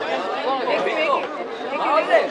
הישיבה ננעלה